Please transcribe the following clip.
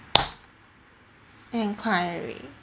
inquiry